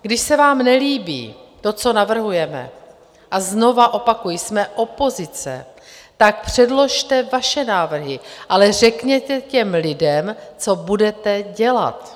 Když se vám nelíbí to, co navrhujeme, a znovu opakuji, jsme opozice, tak předložte vaše návrhy, ale řekněte lidem, co budete dělat.